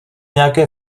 nějaké